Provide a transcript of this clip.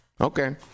okay